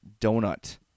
donut